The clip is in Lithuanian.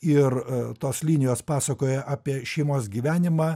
ir tos linijos pasakoja apie šeimos gyvenimą